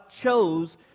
chose